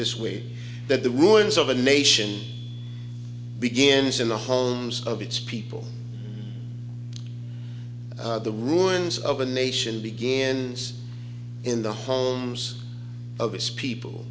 this way that the wounds of a nation begins in the homes of its people the ruins of a nation begins in the homes of its people